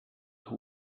who